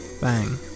Bang